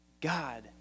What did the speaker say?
God